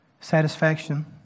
Satisfaction